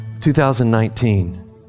2019